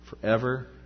forever